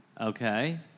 Okay